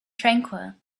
tranquil